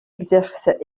exerce